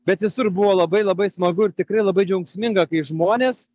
bet visur buvo labai labai smagu ir tikrai labai džiaugsminga kai žmonės